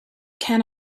can